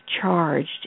charged